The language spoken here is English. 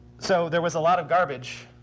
so there was a lot of garbage.